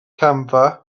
camfa